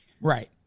Right